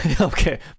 Okay